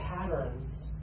patterns